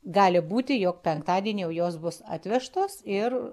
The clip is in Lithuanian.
gali būti jog penktadienį jau jos bus atvežtos ir